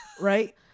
right